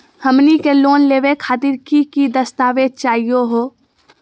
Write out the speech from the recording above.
हमनी के लोन लेवे खातीर की की दस्तावेज चाहीयो हो?